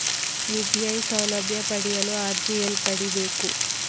UPI ಸೌಲಭ್ಯ ಪಡೆಯಲು ಅರ್ಜಿ ಎಲ್ಲಿ ಪಡಿಬೇಕು?